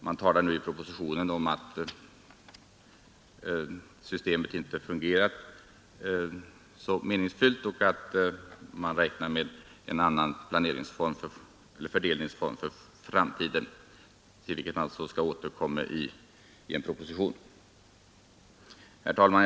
Man talar nu i propositionen om att systemet inte fungerat meningsfullt och att man räknar med en annan fördelningsform för framtiden, och att till detta skall man återkomma i proposition 1973. Herr talman!